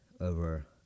over